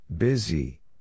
Busy